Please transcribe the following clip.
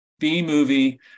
B-movie